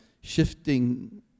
shifting